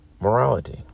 morality